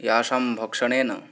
यासां भक्षणेन